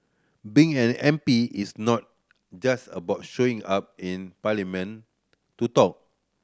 being an M P is not just about showing up in parliament to talk